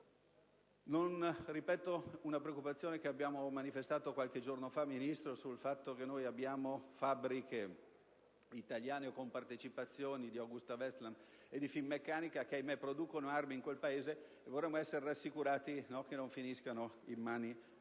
non ripeto la preoccupazione che abbiamo manifestato qualche giorno fa rispetto al fatto che vi sono alcune fabbriche italiane o con partecipazioni di Agusta-Westland e di Finmeccanica che - ahimè - producono armi in quel Paese. Vorremmo essere rassicurati che non finiscano in mani